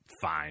fine